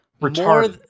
more